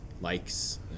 likes